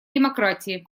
демократии